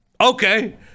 Okay